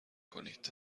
کنید